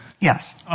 Yes